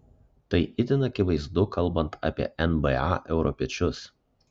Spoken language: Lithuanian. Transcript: tai itin akivaizdu kalbant apie nba europiečius